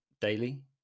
daily